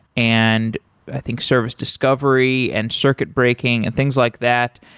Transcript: and i think service discovery, and circuit breaking, and things like that.